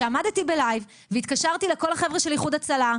שעמדתי בלייב והתקשרתי לכל החבר'ה של איחוד הצלה,